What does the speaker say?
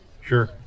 Sure